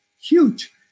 huge